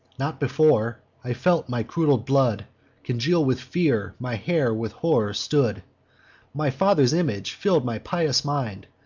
not before, i felt my cruddled blood congeal with fear, my hair with horror stood my father's image fill'd my pious mind,